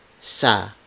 sa